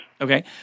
Okay